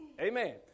Amen